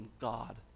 God